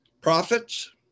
prophets